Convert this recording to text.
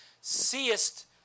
Seest